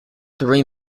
three